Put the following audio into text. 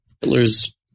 Hitler's